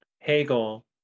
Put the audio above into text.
Hegel